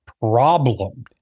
problem